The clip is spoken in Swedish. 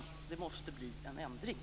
Det måste bli en ändring.